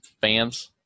fans